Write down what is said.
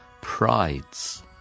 prides